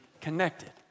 connected